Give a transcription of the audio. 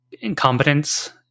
incompetence